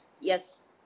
yes